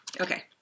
Okay